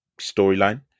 storyline